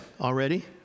already